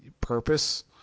purpose